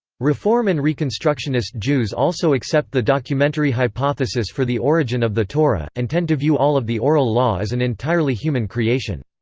reform and reconstructionist jews also accept the documentary hypothesis for the origin of the torah, and tend to view all of the oral law as an entirely human creation.